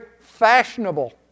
fashionable